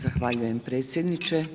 Zahvaljujem predsjedniče.